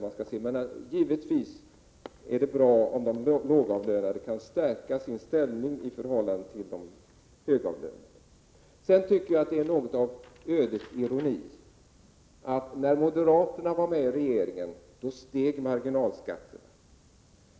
Men givetvis är det bra om de lågavlönade kan stärka sin ställning i förhållande till de högavlönade. Det är något av ödets ironi att marginalskatterna steg när moderaterna ingick i regeringen.